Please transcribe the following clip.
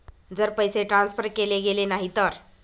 जर पैसे ट्रान्सफर केले गेले नाही तर?